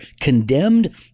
condemned